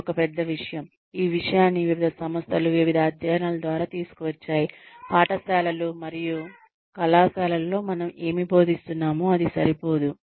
ఇది ఒక పెద్ద విషయం ఈ విషయాన్ని వివిధ సంస్థలు వివిధ అధ్యయనాల ద్వారా తీసుకువచ్చాయి పాఠశాలలు మరియు కళాశాలలలో మనం ఏమి బోధిస్తున్నామో అది సరిపోదు